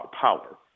Power